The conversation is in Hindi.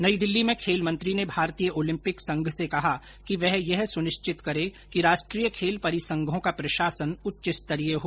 नई दिल्ली में खेल मंत्री ने भारतीय ओलंपिक संघ से कहा कि वह यह सुनिश्चित करे कि राष्ट्रीय खेल परिसंघों का प्रशासन उच्चस्तरीय हो